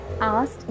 asked